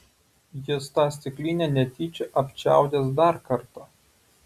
jis tą stiklinę netyčia apčiaudės dar kartą